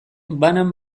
banan